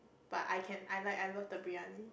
but I can I like I love the biryani